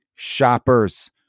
shoppers